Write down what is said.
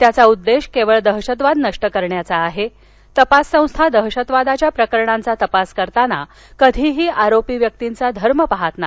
त्याचा उद्देश केवळ दहशतवाद नष्ट करण्याचा आहे तपास संस्था दहशतवादाच्या प्रकरणांचा तपास करताना कधीही आरोपी व्यक्तिंचा धर्म पाहात नाही